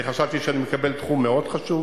אני חשבתי שאני מקבל תחום מאוד חשוב.